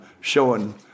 showing